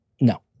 No